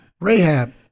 Rahab